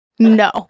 No